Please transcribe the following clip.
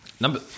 Number